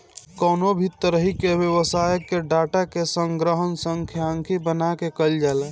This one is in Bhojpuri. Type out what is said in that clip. कवनो भी तरही के व्यवसाय कअ डाटा के संग्रहण सांख्यिकी बना के कईल जाला